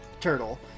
turtle